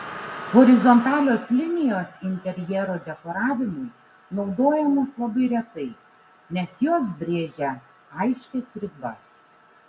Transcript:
horizontalios linijos interjero dekoravimui naudojamos labai retai nes jos brėžia aiškias ribas